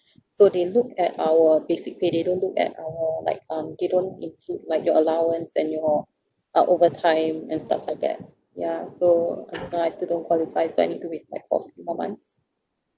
so they look at our basic pay they don't look at our like um they don't include like your allowance and your uh overtime and stuff like that ya so now I still don't qualify so I need to wait like four four months